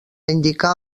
indicar